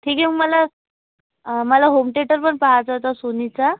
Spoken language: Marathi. ठीक आहे मला मला होम तेटरपण पाहायचा होता सोनीचा